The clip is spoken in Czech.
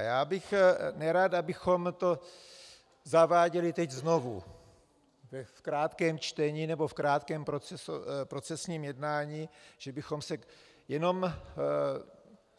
Já bych nerad, abychom to teď zaváděli znovu v krátkém čtení nebo krátkém procesním jednání, že bychom se jenom